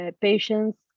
patients